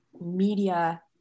media